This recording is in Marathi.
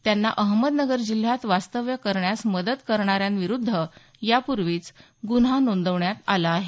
त्यांना अहमदनगर जिल्ह्यात वास्तव्य करण्यास मदत करणाऱ्यांविरूद्ध यापूर्वीच गुन्हा नोंदवण्यात आला आहे